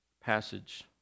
passage